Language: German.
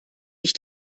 ich